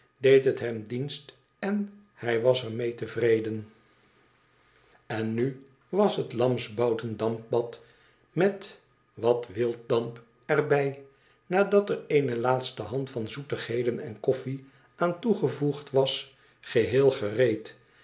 deed het hem dienst en hij was er mee tevreden en nu was het lamsbouten dampbad met wat wilddamp er bij nadat er eene laatste hand van zoetigheden en koffie aan toegevoegd was geheel gereed